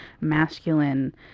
masculine